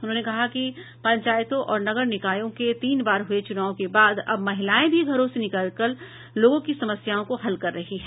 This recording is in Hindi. उन्होंने कहा कि पंचायतों और नगर निकायों के तीन बार हुए चुनाव के बाद अब महिलाएं भी घरों से निकलकर लोगों की समस्याओं को हल कर रही हैं